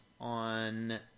on